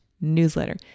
newsletter